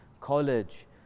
college